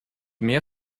mehr